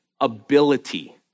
ability